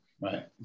right